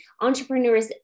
entrepreneurs